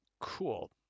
Cool